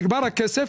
נגמר הכסף,